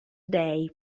day